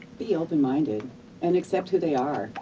be open-minded and accept who they are.